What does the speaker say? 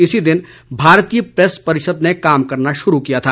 इसी दिन भारतीय प्रेस परिषद ने काम करना शुरु किया था